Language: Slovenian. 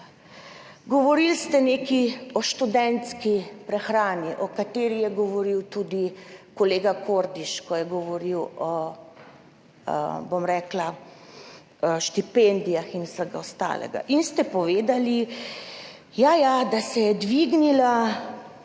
Govorili ste nekaj o študentski prehrani, o kateri je govoril tudi kolega Kordiš, ko je govoril o štipendijah in vsem ostalem, in ste povedali, ja, ja, da se je dvignila